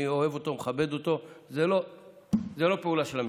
אני אוהב אותו ומכבד אותו, זו לא פעולה של המשטרה.